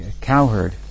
cowherd